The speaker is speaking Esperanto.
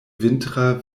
vintra